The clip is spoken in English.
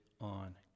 on